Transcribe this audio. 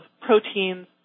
proteins